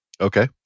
Okay